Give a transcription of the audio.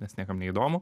nes niekam neįdomu